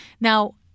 Now